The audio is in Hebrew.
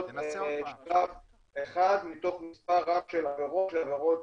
--- אחד מתוך מספר רב של עבירות שהן עבירות